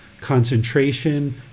concentration